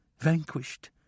vanquished